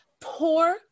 poor